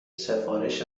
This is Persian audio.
سفارش